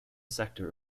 sector